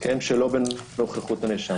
יתקיים שלא בנוכחות הנאשם.